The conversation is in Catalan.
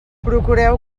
procureu